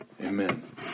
amen